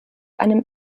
einem